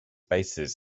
bases